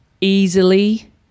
easily